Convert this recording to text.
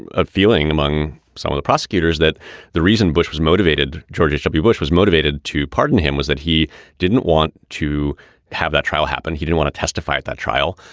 and a feeling among some of the prosecutors that the reason bush was motivated, george w. bush was motivated to pardon him was that he didn't want to have that trial happen. he didn't want to testify at that trial.